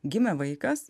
gimė vaikas